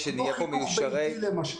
למשל,